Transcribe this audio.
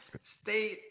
Stay